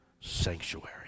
sanctuary